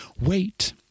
wait